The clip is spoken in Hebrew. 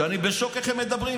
שאני בשוק איך הם מדברים.